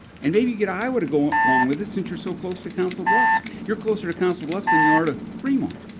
and maybe get iowa to go along with us since you're so close to council bluffs. you're closer to council bluffs than you are to fremont.